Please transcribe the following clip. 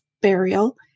burial